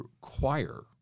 choir